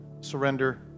surrender